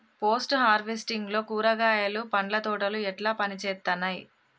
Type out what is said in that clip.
Post harvesting లో కూరగాయలు పండ్ల తోటలు ఎట్లా పనిచేత్తనయ్?